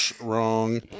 Wrong